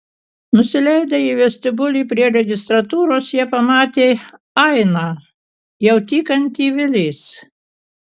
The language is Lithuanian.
nusileidę į vestibiulį prie registratūros jie pamatė ainą jau tykantį vilės